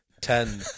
ten